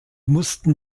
mussten